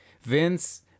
Vince